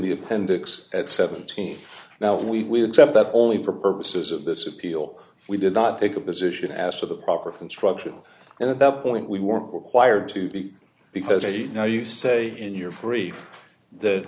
the appendix at seventeen now we accept that only for purposes of this appeal we did not take a position as to the proper construction and at that point we weren't required to be because a now you say in your free that